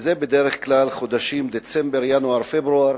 וזה בדרך כלל בחודשים דצמבר, ינואר, פברואר,